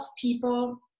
people